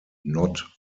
not